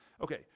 Okay